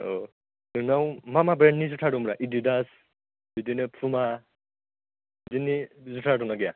औ नोंनाव मा मा ब्रेन्दनि जुथा दंब्रा एदिदास बिदिनो फुमा बिदिनो जुथा दंना गैया